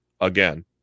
again